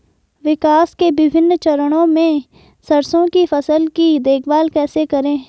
विकास के विभिन्न चरणों में सरसों की फसल की देखभाल कैसे करें?